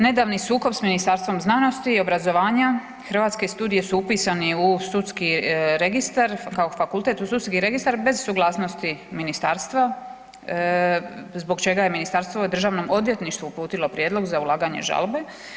Nedavni sukob sa Ministarstvom znanosti i obrazovanja, Hrvatski studiji su upisani u Sudski registar kao fakultet u sudski registar bez suglasnosti ministarstva zbog čega je ministarstvo Državnom odvjetništvu uputilo prijedlog za ulaganje žalbe.